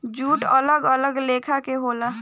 jute अलग अलग लेखा के होला